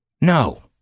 no